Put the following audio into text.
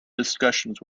discussions